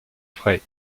frais